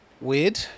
Weird